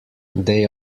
they